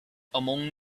among